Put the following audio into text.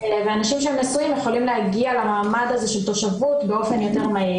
ואנשים שהם נשואים יכולים להגיע למעמד הזה של תושבות באופן יותר מהיר.